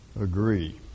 agree